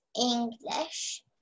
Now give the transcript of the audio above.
English